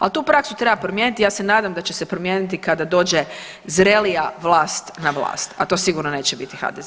Ali tu praksu treba promijeniti i ja se nadam da će se promijeniti kada dođe zrelija vlast na vlast, a to sigurno neće biti HDZ.